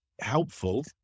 helpful